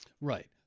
Right